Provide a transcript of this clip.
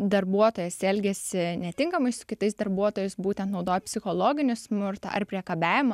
darbuotojas elgiasi netinkamai su kitais darbuotojais būtent naudoja psichologinį smurtą ar priekabiavimą